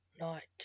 night